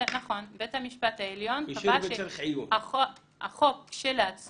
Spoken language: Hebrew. נכון, בית המשפט העליון קבע שהחוק כשלעצמו